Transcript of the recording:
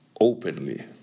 openly